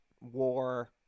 war